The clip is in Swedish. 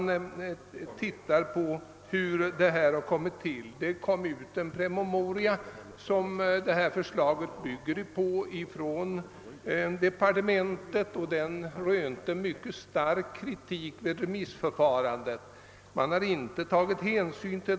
Låt oss se på hur detta förslag har kommit till. Från departementet skickades det ut en promemoria som hela förslaget kom att byggas på, och den promemorian rönte mycket stark kritik vid remissförfarandet, en kritik som man dock inte tog någon hänsyn till.